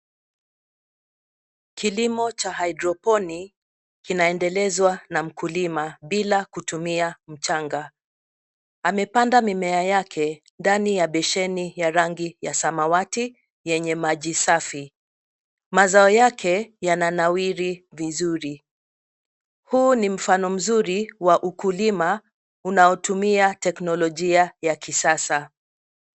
Kilimo cha hydroponi kinaendelezwa na mkulima bila kutumia mchanga. Amepanda mimea yake ndani ya besheni ya rangi ya samawati yenye maji safi. Mazao yake yananawiri vizuri. Huu ni mfano mzuri wa ukulima unaotumia teknolojia ya kisasa.